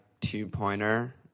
two-pointer